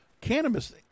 cannabis